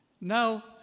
Now